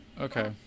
Okay